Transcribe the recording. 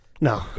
No